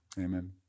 Amen